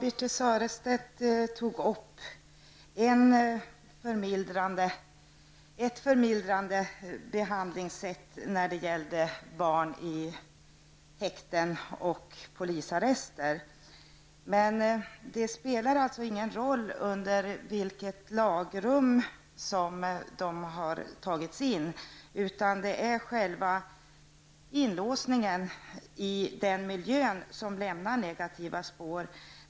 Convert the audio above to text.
Herr talman! Birthe Sörestedt nämnde mildare behandling för barn i häkten och polisarrester. Men det spelar alltså ingen roll under vilket lagrum som de har tagits in, utan det är själva inlåsningen i den miljön som lämnar negativa spår.